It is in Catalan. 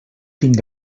tinc